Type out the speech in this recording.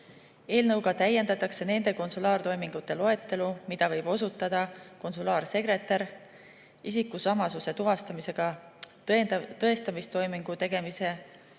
Eelnõuga täiendatakse nende konsulaartoimingute loetelu, mida võib osutada konsulaarsekretär, isikusamasuse tuvastamisega tõestamistoimingu tegemisel